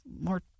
more